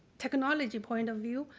technology point of view,